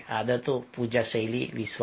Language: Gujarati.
આદતો પૂજા શૈલી વિશ્વાસ